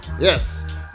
yes